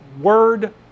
word